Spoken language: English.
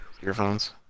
earphones